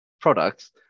products